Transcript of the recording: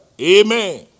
Amen